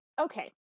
okay